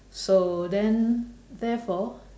so then therefore